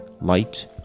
Light